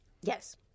Yes